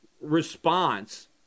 response